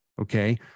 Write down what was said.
Okay